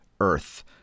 earth